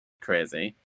Crazy